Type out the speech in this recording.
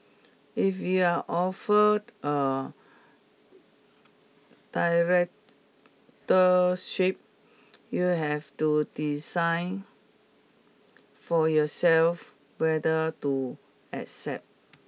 if you are offered a directorship you have to decide for yourself whether to accept